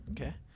Okay